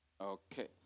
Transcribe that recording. Okay